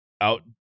out